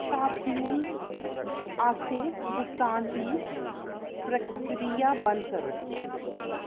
शापक्लूज़ आस्तै भुगतान दी प्रक्रिया बंद करो